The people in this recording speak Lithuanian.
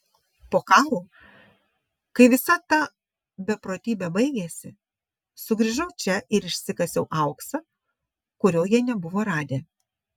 po karo kai visa ta beprotybė baigėsi sugrįžau čia ir išsikasiau auksą kurio jie nebuvo radę